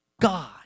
God